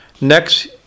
Next